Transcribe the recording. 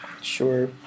Sure